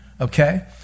okay